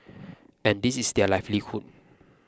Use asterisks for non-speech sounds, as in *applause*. *noise* and this is their livelihood